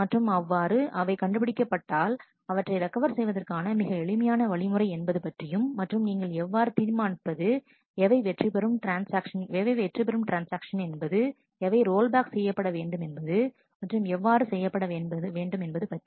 மற்றும் அவ்வாறு அவை கண்டுபிடிக்கப்பட்டால் அவற்றை ரெக்கவர் செய்வதற்கான மிக எளிமையான வழிமுறை என்பது பற்றியும் மற்றும் நீங்கள் எவ்வாறு தீர்மானிப்பது எவை வெற்றி பெறும் ட்ரான்ஸ்ஆக்ஷன் என்பது எவை ரோல்பேக் செய்யப்பட வேண்டும் மற்றும் எவ்வாறு செய்யப்பட வேண்டும் என்பது பற்றி